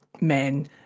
men